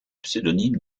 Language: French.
pseudonyme